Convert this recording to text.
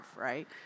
right